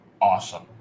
awesome